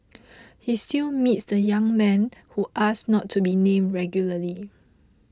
he still meets the young man who asked not to be named regularly